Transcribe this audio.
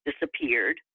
disappeared